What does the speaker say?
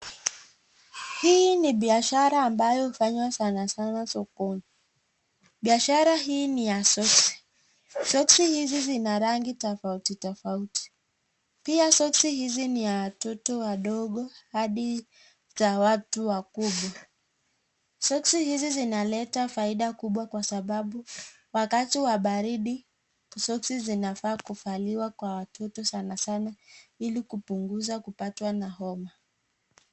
Hii ni biashara ambayo hufanywa sana sana sokoni. Biashara hii ni ya soksi, soksi zina rangi tofauti tofauti pia soksi hizi ni za watoto wadogo na watu wakubwa. Soksi hizi zinaleta faida kubwa kubwa kwa sababu wakati wa baridi soksi zinafaa kuvaliwa na watoto sana sana ili kupanguza kupatwa na homa.